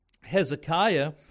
Hezekiah